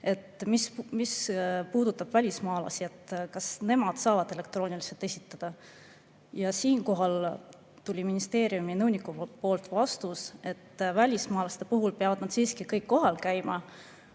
et mis puudutab välismaalasi, siis kas nemad saavad elektrooniliselt esitada. Siinkohal tuli ministeeriumi nõunikult vastus, et välismaalased peavad siiski kõik kohal käima,